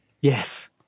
Yes